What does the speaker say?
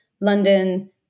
London